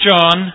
John